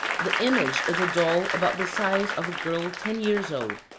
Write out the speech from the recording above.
the image is a doll about the size of a girl ten years old,